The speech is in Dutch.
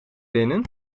binnen